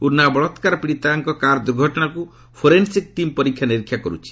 ଉନ୍ନାଓ ବଳାତ୍କାର ପିଡ଼ିତାଙ୍କ କାର୍ ଦୁର୍ଘଟଣାକୁ ଫୋରେନ୍ୱିକ୍ ଟିମ୍ ପରୀକ୍ଷାନିରୀକ୍ଷା କରୁଛି